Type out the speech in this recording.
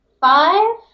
Five